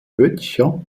böttcher